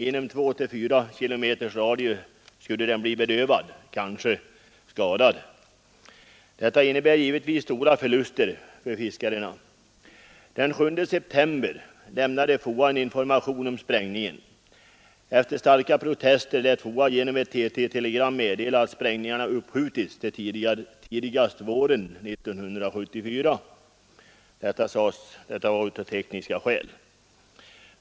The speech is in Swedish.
Inom 2—4 km radie skulle den bli bedövad, kanske skadad. Detta innebär givetvis stora förluster för fiskarna. Den 7 september lämnade FOA en information om sprängningen. Efter starka protester lät FOA genom ett TT-telegram meddela att sprängningarna uppskjutits till tidigast våren 1974. Detta av tekniska skäl.